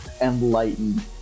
enlightened